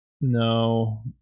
No